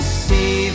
see